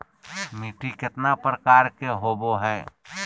मिट्टी केतना प्रकार के होबो हाय?